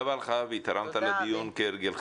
תודה רבה לך אבי, תרמת לדיון כהרגלך.